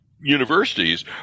universities